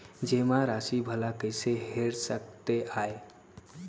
जेमा राशि भला कइसे हेर सकते आय?